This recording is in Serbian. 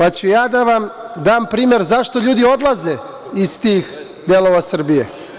Ja ću da vam dam primer zašto ljudi odlaze iz tih delova Srbije.